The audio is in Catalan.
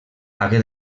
hagué